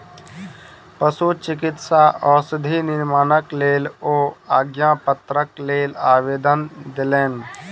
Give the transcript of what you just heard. पशुचिकित्सा औषधि निर्माणक लेल ओ आज्ञापत्रक लेल आवेदन देलैन